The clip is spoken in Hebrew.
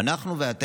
איזה אדם